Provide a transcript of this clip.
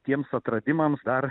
tiems atradimams dar